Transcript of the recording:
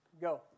Go